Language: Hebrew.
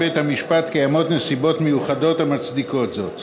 בית-המשפט קיימות נסיבות מיוחדות המצדיקות זאת.